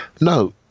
No